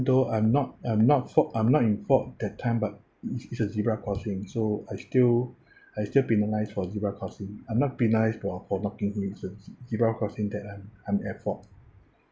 though I'm not I'm not fau~ I'm not in fault that time but it's it's a zebra crossing so I still I still penalised for zebra crossing I'm not penalised for for knocking innocents zebra crossing that I'm I'm at fault